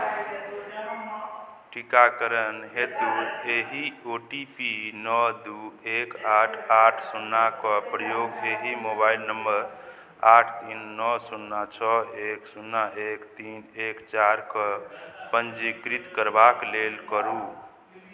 टीकाकरण हेतु एहि ओ टी पी नओ दू एक आठ आठ शुन्नाके प्रयोग एहि मोबाइल नम्बर आठ तीन नओ शुन्ना छओ एक शुन्ना एक तीन एक चारिके पञ्जीकृत करबाक लेल करू